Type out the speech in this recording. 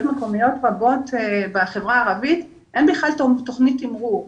מקומיות רבות בחברה הערבית אין בכלל תוכנית תמרור,